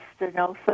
stenosis